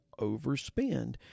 overspend